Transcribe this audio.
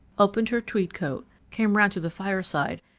opened her tweed coat, came round to the fireside,